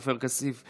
עופר כסיף,